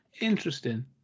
Interesting